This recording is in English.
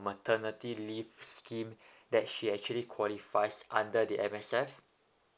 maternity leave scheme that she actually qualifies under the M_S_F